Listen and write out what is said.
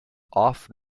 off